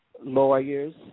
lawyers